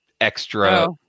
extra